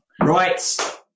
Right